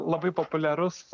labai populiarus